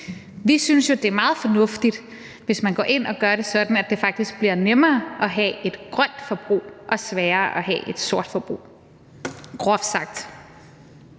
Vi synes jo, det er meget fornuftigt, hvis man går ind og gør det sådan, at det faktisk bliver nemmere at have et grønt forbrug og sværere at have et sort forbrug – groft sagt.